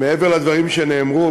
מעבר לדברים שנאמרו,